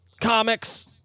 comics